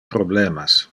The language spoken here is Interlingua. problemas